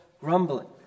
grumbling